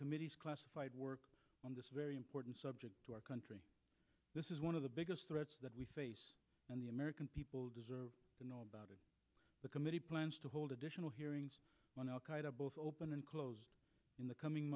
committee's work on this very important subject to our country this is one of the biggest threats that we face and the american people deserve to know about it the committee plans to hold additional hearings on al qaeda both open and closed in the coming